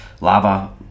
Lava